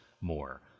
more